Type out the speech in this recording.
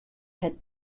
had